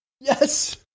yes